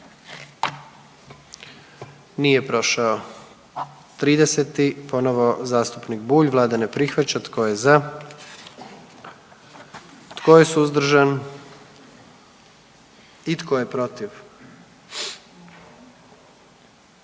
dio zakona. 44. Kluba zastupnika SDP-a, vlada ne prihvaća. Tko je za? Tko je suzdržan? Tko je protiv?